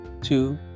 Two